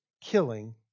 killing